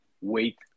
wait